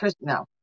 No